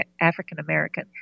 African-American